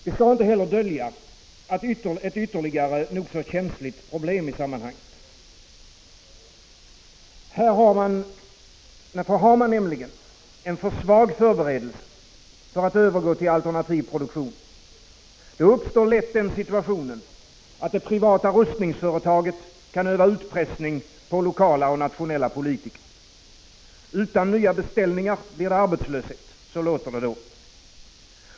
Vi skall inte heller dölja ett ytterligare nog så känsligt problem i sammanhanget. Har man en för svag förberedelse för att övergå till alternativ produktion, uppstår lätt den situationen, att det privata rustningsföretaget kan öva utpressning på lokala och nationella politiker. Utan nya beställningar blir det arbetslöshet — så låter det då.